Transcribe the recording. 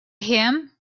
him